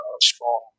strong